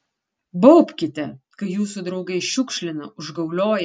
baubkite kai jūsų draugai šiukšlina užgaulioja